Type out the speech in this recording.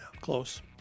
Close